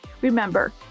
Remember